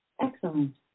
Excellent